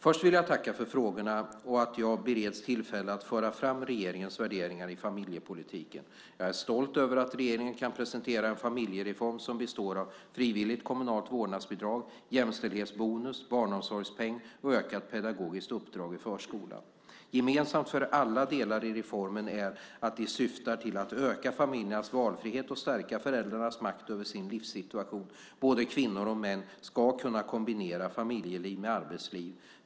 Först vill jag tacka för frågorna och för att jag bereds tillfälle att föra fram regeringens värderingar i familjepolitiken. Jag är stolt över att regeringen kan presentera en familjereform som består av frivilligt kommunalt vårdnadsbidrag, jämställdhetsbonus, barnomsorgspeng och ökat pedagogiskt uppdrag i förskolan. Gemensamt för alla delar i reformen är att de syftar till att öka familjernas valfrihet och stärka föräldrarnas makt över sin livssituation. Både kvinnor och män ska kunna kombinera familjeliv med arbetsliv.